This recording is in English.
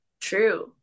true